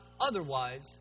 otherwise